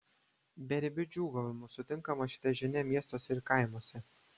beribiu džiūgavimu sutinkama šita žinia miestuose ir kaimuose